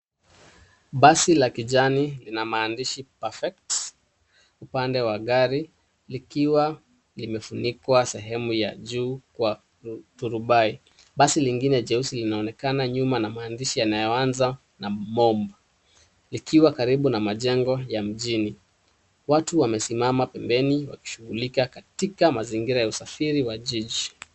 Basi la kijani lina maandishi PERFECT upande wa gari likiwa limefunikwa sehemu ya juu kwa turubai. Basi lingine jeusi linaonekana nyuma na maandishi yanayoanza na MOMB likiwa karibu na majengo ya mjini. Watu wamesimama pembeni wakishungulika katika mazingira ya usafiri wa jiji.